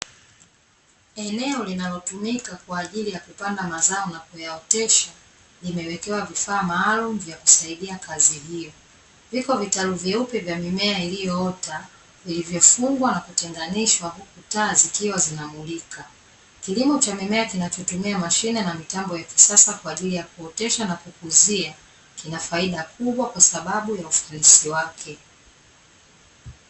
Eneo linalotumika kwa ajili ya kupanda mazao na kuyaotesha, limewekewa vifaa maalumu vya kusaidia kazi hiyo. Viko vitalu vyeupe vya mimea iliyoota, vilivyofungwa na kutenganishwa huku taa zikiwa zinamulika. Kilimo cha mimea kinachotumia mashine na mitambo ya kisasa kwa ajili ya kuotesha na kukuzia, kina faida kubwa kwa sababu ya ufanisi wake.